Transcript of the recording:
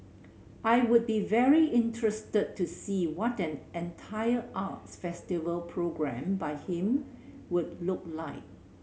I would be very interested to see what an entire arts festival programmed by him would look like